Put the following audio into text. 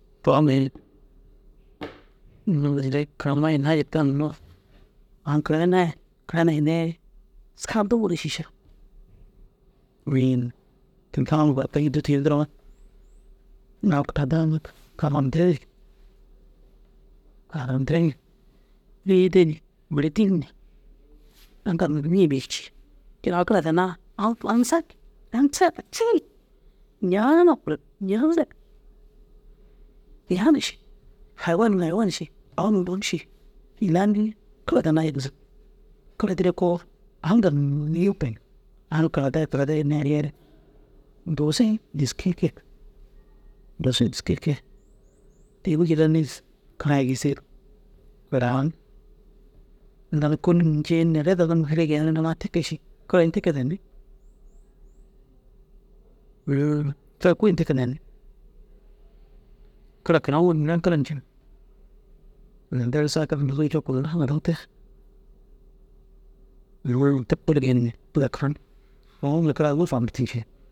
Too mini unnu neere kiranime hinnaa jirkan nu au kirainaa i kirayine hinne i muskaa de buru šiša. Wûina tinda uŋko au tira ki dûrtu yentiroo mire au kiradaa amma karamtire ni karamtire ni bôyeede ni mire dîl ni aŋgal ma nîye bes cii. Te au kira dannaa au au ini saakit. Au saakit saakit ciin ñaana kiren ñaana ihaana ši. Hayiwan niŋe hayiwan ši au niŋe au ši ilaa înni? Kira danna jilla gisig. Kira dîre koo au ginnai burayiŋ. Au kiradaa ye kirade hinnaa ye halii ai ru duusu ye dîski ye kee. Duusu ye dîski ye kee te- u jillanir kirai gisig kiran inta nuu kôlunum ncii neere ini neere daguma geeniŋaa te kee ši kira ini te kee danni. Miree te kôoli ini te kee danni. Kira kiran owel mire na kira nceŋ. Ini deere saakit nuuzu ncoo kuno ru haraniŋ te. Nuŋu te buru geen ni kira kiran. Au mire buru faamtin ceŋ.